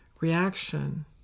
reaction